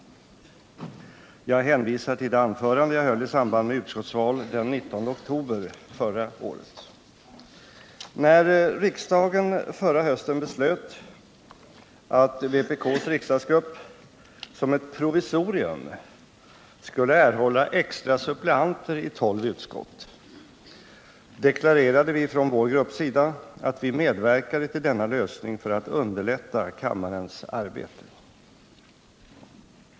Jag hänvisar till det anförande jag höll i samband med utskottsval den 19 oktober förra året. När riksdagen förra hösten beslöt att vpk:s riksdagsgrupp som ett provisorium skulle erhålla extra suppleanter i tolv utskott, deklarerade vi från vår grupps sida att vi medverkade till denna lösning för att underlätta kammarens arbete.